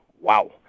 Wow